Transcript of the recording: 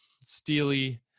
steely